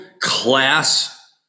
class